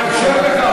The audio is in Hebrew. אנחנו קיבלנו,